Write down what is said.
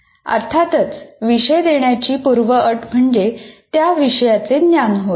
अर्थातच विषय देण्याची पूर्वअट म्हणजे त्या विषयाचे ज्ञान होय